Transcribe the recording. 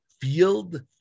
field